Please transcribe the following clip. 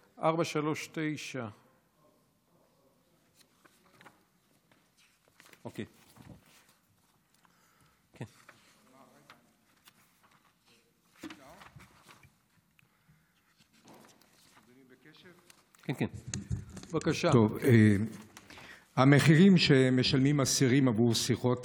439. המחירים שמשלמים אסירים עבור שיחות